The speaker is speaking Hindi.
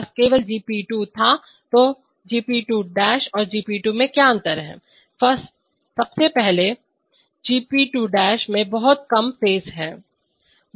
Firstly G'p2 has much less phase much less phase lag that is that is always true because of the fact that closed loop systems have much less phase lag than open loop systems सबसे पहले Gp2 में बहुत कम फेज है